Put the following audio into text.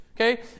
okay